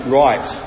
right